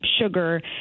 sugar